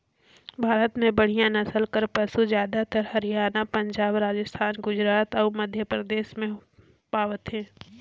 भारत में बड़िहा नसल कर पसु जादातर हरयाना, पंजाब, राजिस्थान, गुजरात अउ मध्यपरदेस में पवाथे